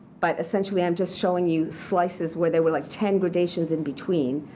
but essentially, i'm just showing you slices where there were like ten gradations in between.